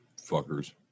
fuckers